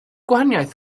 gwahaniaeth